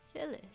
Phyllis